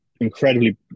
incredibly